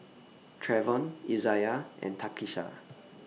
Treyvon Izayah and Takisha